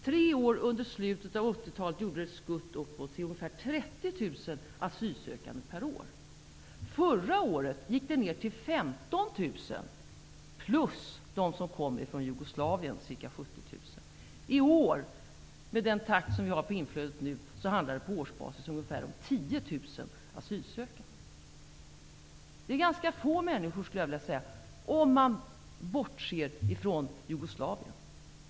Under tre år i slutet av 1980-talet gjordes ett skutt upp till ungefär 30 000 asylsökande per år. Förra året gick antalet ned till 15 000 plus de ca 70 000 som kom från Jugoslavien. I år kommer det -- med den takt som inflödet nu har -- att handla om ungefär 1000 asylsökande. Det är ganska få människor, om man bortser från flyktingarna från Jugoslavien.